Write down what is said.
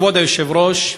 כבוד היושב-ראש,